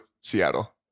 Seattle